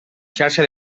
xarxa